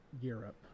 Europe